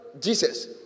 Jesus